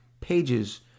pages